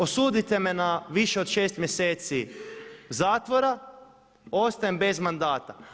Osudite me na više od 6 mjeseci zatvora, ostajem bez mandata.